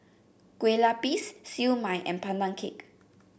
Kueh Lapis Siew Mai and Pandan Cake